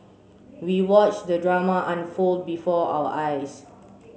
we watched the drama unfold before our eyes